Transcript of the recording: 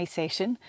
session